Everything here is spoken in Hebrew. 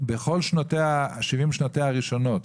בכל 70 שנותיה הראשונות,